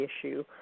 issue